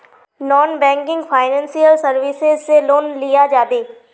Non banking financial services से loan लिया जाबे?